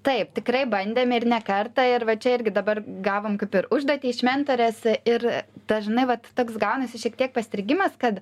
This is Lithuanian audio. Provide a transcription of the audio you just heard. taip tikrai bandėme ir ne kartą ir va čia irgi dabar gavom kaip ir užduotį iš mentorės ir tas žinai vat toks gaunasi šiek tiek pastrigimas kad